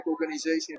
organization